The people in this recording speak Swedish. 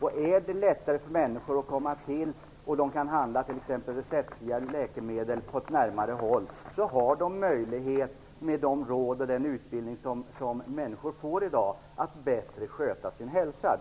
Om det är lättare för människor att handla t.ex. receptbelagda läkemedel på närmare håll är jag övertygad om att de, med de råd och den utbildning som människor får i dag, har möjlighet att bättre sköta sin hälsa